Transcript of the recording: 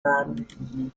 werden